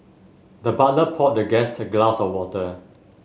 the butler poured the guest a glass of water